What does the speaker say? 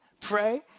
pray